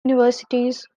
universities